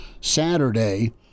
Saturday